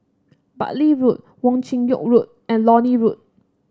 Bartley Road Wong Chin Yoke Road and Lornie Road